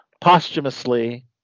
posthumously